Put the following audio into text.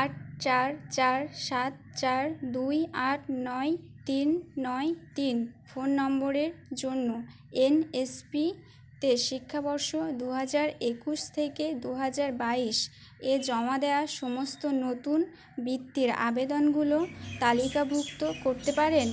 আট চার চার সাত চার দুই আট নয় তিন নয় তিন ফোন নম্বরের জন্য এন এস পি তে শিক্ষাবর্ষ দু হাজার একুশ থেকে দু হাজার বাইশ এ জমা দেওয়া সমস্ত নতুন বৃত্তির আবেদনগুলো তালিকাভুক্ত করতে পারেন